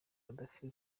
gaddafi